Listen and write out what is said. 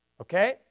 Okay